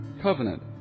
covenant